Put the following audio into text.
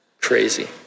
Crazy